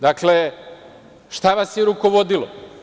Dakle, šta vas je rukovodilo?